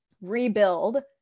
rebuild